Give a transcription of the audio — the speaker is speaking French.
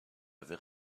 avait